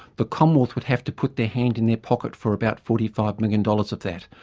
the commonwealth would have to put their hand in their pocket for about forty five million dollars of that.